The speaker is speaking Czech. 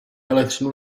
elektřinu